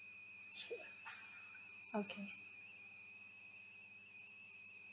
okay